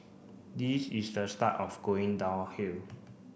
this is the start of going downhill